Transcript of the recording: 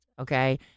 Okay